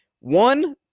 One